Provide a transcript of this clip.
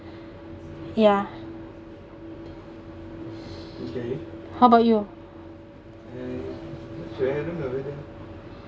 ya how about you